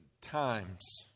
times